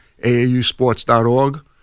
aausports.org